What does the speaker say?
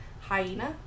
hyena